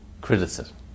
Criticism